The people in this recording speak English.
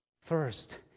first